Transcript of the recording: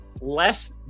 less